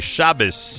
Shabbos